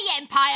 empire